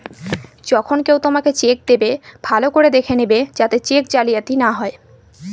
যখন কেউ তোমাকে চেক দেবে, ভালো করে দেখে নেবে যাতে চেক জালিয়াতি না হয়